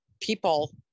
people